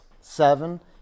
seven